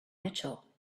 mitchell